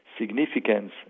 significance